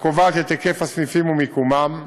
הקובעת את היקף הסניפים ואת מיקומם,